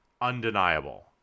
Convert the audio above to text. Undeniable